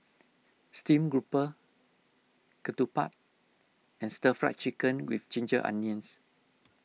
Stream Grouper Ketupat and Stir Fried Chicken with Ginger Onions